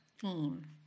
theme